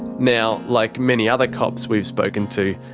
now, like many other cops we've spoken to,